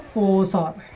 was up